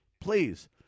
Please